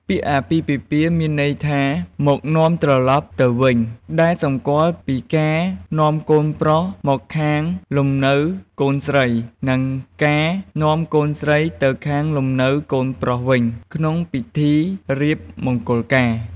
ពាក្យ "អាពាហ៍ពិពាហ៍" មានន័យថា "មកនាំត្រឡប់ទៅវិញ" ដែលសម្គាល់ពីការនាំកូនប្រុសមកខាងលំនៅកូនស្រី និងការនាំកូនស្រីទៅខាងលំនៅកូនប្រុសវិញ ក្នុងពិធីរៀបមង្គលការ។